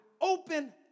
open